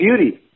beauty